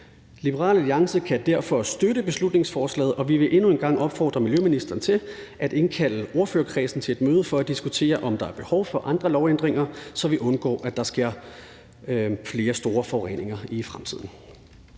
Liberal Alliance kan derfor støtte beslutningsforslaget, og vi vil endnu en gang opfordre miljøministeren til at indkalde ordførerkredsen til et møde for at diskutere, om der er behov for andre lovændringer, så vi undgår, at der sker flere store forureninger i fremtiden.